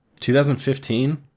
2015